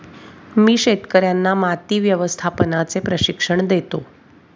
मी शेतकर्यांना माती व्यवस्थापनाचे प्रशिक्षण देतो